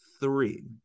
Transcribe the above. Three